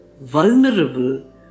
vulnerable